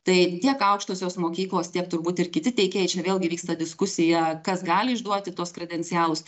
tai tiek aukštosios mokyklos tiek turbūt ir kiti teikėjai čia vėlgi vyksta diskusija kas gali išduoti tuos kredencialus